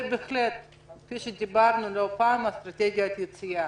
ובהחלט, כפי שדיברנו לא פעם, אסטרטגיית יציאה.